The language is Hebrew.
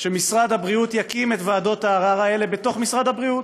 שמשרד הבריאות יקים את ועדות הערר האלה בתוך משרד הבריאות.